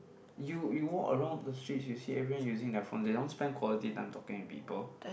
you you walk around the streets you see everyone using their phone they don't spend quality time talking to people